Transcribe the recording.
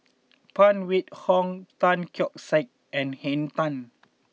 Phan Wait Hong Tan Keong Saik and Henn Tan